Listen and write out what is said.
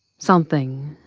something,